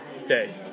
Stay